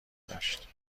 داشت